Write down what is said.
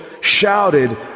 shouted